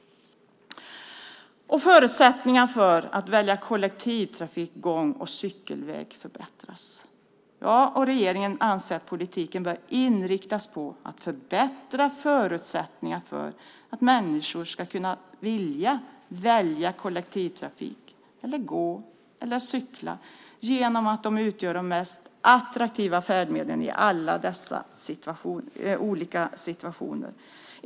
Förutsättningarna att välja att åka kollektivt, att gå eller cykla förbättras. Jag och regeringen anser att politiken bör inriktas på att förbättra förutsättningarna för människor att välja att åka kollektivt, att gå eller cykla genom att göra dem till de mest attraktiva färdmedlen i olika situationer.